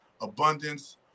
abundance